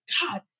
god